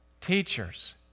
teachers